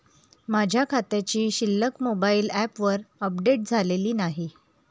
माझ्या खात्याची शिल्लक मोबाइल ॲपवर अपडेट झालेली नाही